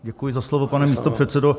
Děkuji za slovo, pane místopředsedo.